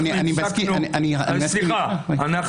אני